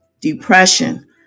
depression